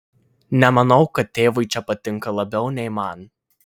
nemanau kad tėvui čia patinka labiau nei man